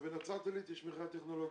ובנצרת עילית יש מכללה טכנולוגית.